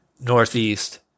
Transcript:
northeast